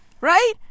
right